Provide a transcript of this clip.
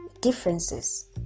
Differences